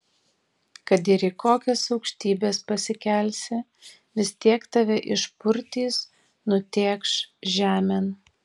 kad ir į kokias aukštybes pasikelsi vis tiek tave išpurtys nutėkš žemėn